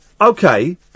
Okay